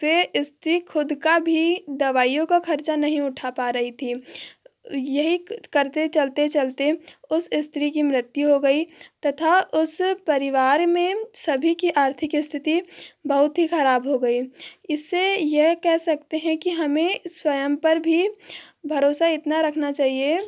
वे स्त्री खुद का भी दवाइयों का खर्चा नहीं उठा पा रही थी यही करते चलते चलते उस स्त्री की मृत्यु हो गई तथा उस परिवार में सभी की आर्थिक स्थिति बहुत ही खराब हो गई इससे यह कह सकते हैं कि हमें स्वयं पर भी भरोसा इतना रखना चाहिए